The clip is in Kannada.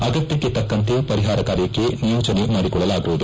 ಅಗತ್ಯಕ್ಕೆ ತಕ್ಕಂತೆ ಪರಿಹಾರ ಕಾರ್ಯಕ್ಕೆ ನಿಯೋಜನೆ ಮಾಡಿಕೊಳ್ಳಲಾಗುವುದು